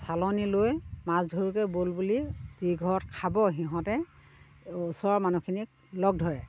চালনী লৈ মাছ ধৰোঁগৈ ব'ল বুলি যি ঘৰত খাব সিহঁতে ওচৰৰ মানুহখিনিক লগ ধৰে